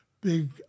big